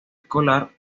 escolar